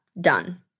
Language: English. done